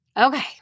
Okay